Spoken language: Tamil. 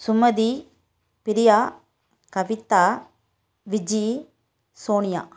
சுமதி பிரியா கவிதா விஜி சோனியா